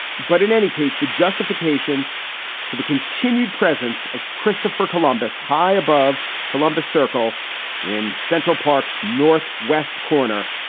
but in any case, the justifications for the continued presence of christopher columbus high above columbus circle in central park's northwest corner,